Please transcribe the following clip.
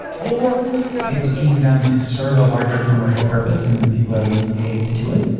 or it's being done to serve a larger commercial purpose and then people are being paid to do it.